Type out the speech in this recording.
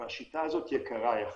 ויקרה יחסית,